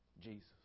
Jesus